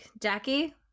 Jackie